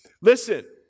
Listen